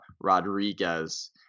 Rodriguez